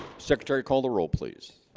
secretary call the roll please